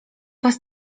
was